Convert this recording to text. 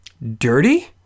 Dirty